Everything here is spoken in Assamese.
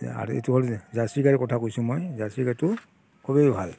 এতিয়া আৰু এইটো হ'ল জাৰ্চি গাইৰ কথা কৈছোঁ মই জাৰ্চি গাইটো খুবেই ভাল